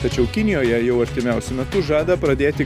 tačiau kinijoje jau artimiausiu metu žada pradėti